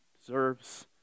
deserves